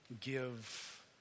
give